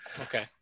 Okay